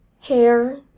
Hair